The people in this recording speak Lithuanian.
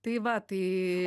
tai va tai